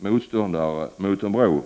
motståndare till en bro.